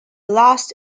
last